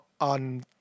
on